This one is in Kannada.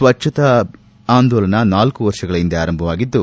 ಸ್ವಚ್ಛತಾ ಆಂದೋಲನ ನಾಲ್ಕು ವರ್ಷಗಳ ಹಿಂದೆ ಆರಂಭವಾಗಿದ್ದು